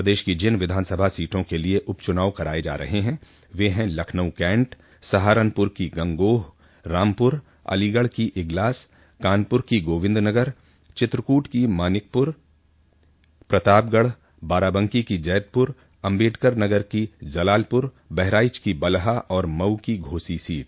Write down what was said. प्रदेश की जिन विधान सभा सीटों के लिए उपचुनाव कराये जा रहे हैं वे हैं लखनऊ कैण्ट सहारानपुर की गंगोंह रामपुर अलीगढ़ की इग्लास कानपुर की गोविंदनगर चित्रकूट की ग मानिकपुर प्रतापगढ़ बाराबंकी की जैदपुर अम्बेडकरनगर की जलालपुर बहराइच की बलहा और मऊ की घोसी सीट